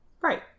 Right